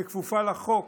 שכפופה לחוק,